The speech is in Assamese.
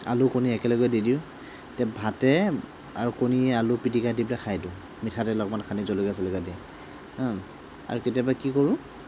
আলু কণী একেলগে দি দিওঁ তেতিয়া ভাতে আৰু কণীয়ে আলু পিটিকা দি পেলাই খাই দিওঁ মিঠাতেল অকণমান সানি জলকীয়া চলকীয়া দি আৰু কেতিয়াবা কি কৰোঁ